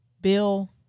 Bill